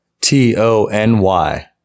T-O-N-Y